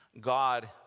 God